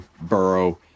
borough